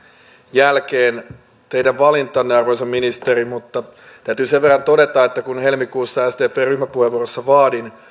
jälkeen teidän valintanne arvoisa ministeri mutta täytyy sen verran todeta että kun helmikuussa sdpn ryhmäpuheenvuorossa vaadin